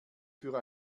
für